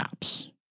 apps